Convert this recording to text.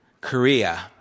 Korea